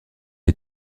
est